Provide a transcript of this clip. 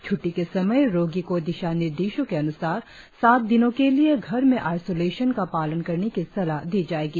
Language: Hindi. छ्ट्टी के समय रोगी को दिशा निर्देशो के अन्सार सात दिनों के लिए घर में आइसोलेशन का पालन करने की सलाह दी जाएगी